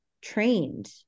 trained